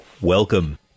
Welcome